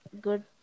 good